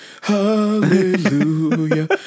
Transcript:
Hallelujah